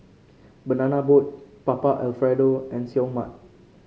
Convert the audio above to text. Banana Boat Papa Alfredo and Seoul Mart